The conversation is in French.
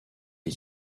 est